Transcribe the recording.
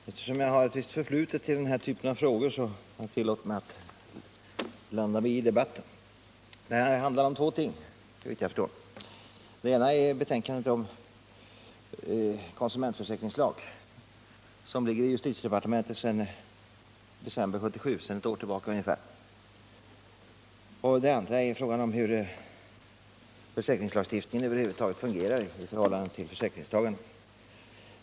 Herr talman! Eftersom jag har ett visst förflutet när det gäller den här typen av frågor tillåter jag mig att blanda mig i debatten. Den handlar om två ting, såvitt jag förstår. Det ena är betänkandet om konsumentförsäkringslag, som ligger i justitiedepartementet sedan december 1977 — sedan ett år tillbaka ungefär. Det andra är frågan om hur försäkringslagstiftningen över huvud taget fungerar i förhållande till försäkringstagarna.